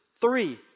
Three